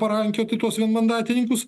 parankioti tuos vienmandatininkus